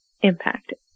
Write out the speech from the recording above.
impacted